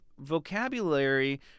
vocabulary